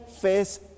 face